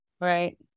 Right